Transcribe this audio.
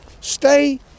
stay